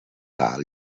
cal